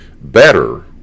Better